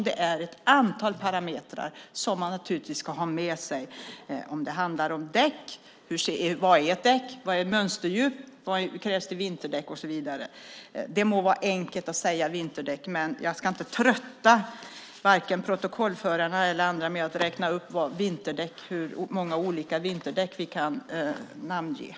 Det är ett antal parametrar som man naturligtvis ska ha med sig om det handlar om däck. Vad är ett däck? Vad är mönsterdjup? Krävs det vinterdäck? Det må vara enkelt att säga vinterdäck, men jag ska inte trötta varken protokollförarna eller andra med att räkna upp hur många olika vinterdäck som kan namnges.